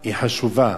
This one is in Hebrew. היא חשובה.